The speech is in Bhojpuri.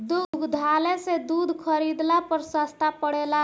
दुग्धालय से दूध खरीदला पर सस्ता पड़ेला?